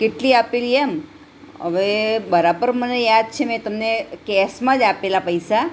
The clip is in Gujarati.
કેટલી આપેલી એમ હવે બરાબર મને યાદ છે મેં તમને કેશમાં જ આપેલા પૈસા